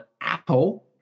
apple